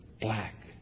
black